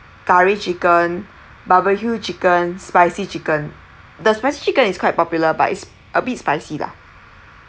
curry chicken barbecue chicken spicy chicken the spicy chicken is quite popular but it's a bit spicy lah